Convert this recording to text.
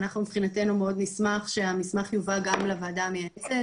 אנחנו מבחינתנו מאוד נשמח שהמסמך יובא גם לוועדה המייעצת